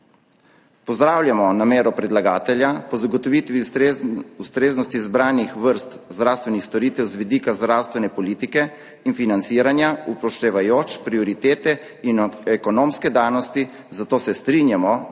Pozdravljamo namero predlagatelja po zagotovitvi ustreznosti izbranih vrst zdravstvenih storitev z vidika zdravstvene politike in financiranja, upoštevajoč prioritete in ekonomske danosti, zato se strinjamo,